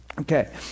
Okay